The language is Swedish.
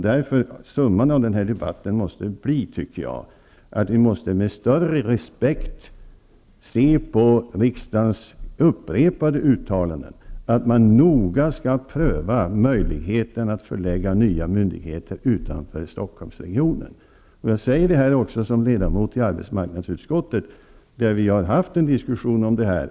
Därför måste summan av denna debatt bli att vi med större respekt måste se på riksdagens upprepade uttalanden om att man noga skall pröva möjligheten att förlägga nya myndigheter utanför Stockholmsregionen. Jag säger detta som ledamot i arbetsmarknadsutskottet, där vi har haft en diskussion om detta.